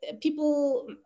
People